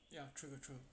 ya true true